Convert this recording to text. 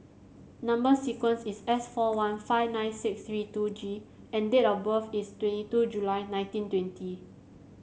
number sequence is S four one five nine six three two G and date of birth is twenty two July nineteen twenty